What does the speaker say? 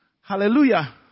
Hallelujah